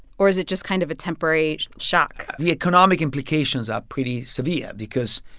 or is it just kind of a temporary shock? the economic implications are pretty severe because,